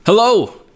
Hello